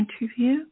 interview